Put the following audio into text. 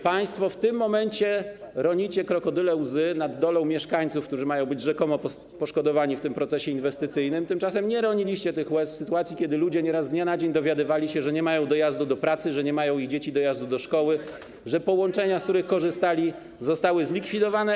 Państwo w tym momencie ronicie krokodyle łzy nad dolą mieszkańców, którzy mają być rzekomo poszkodowani w tym procesie inwestycyjnym, tymczasem nie roniliście tych łez w sytuacji, kiedy ludzie nieraz z dnia na dzień dowiadywali się, że nie mają dojazdu do pracy, że ich dzieci nie mają dojazdu do szkoły, że połączenia, z których korzystali, zostały zlikwidowane.